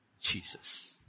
Jesus